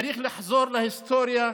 צריך לחזור להיסטוריה,